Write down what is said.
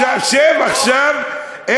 שב עכשיו.